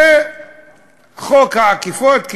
זה חוק העקיפות,